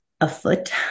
afoot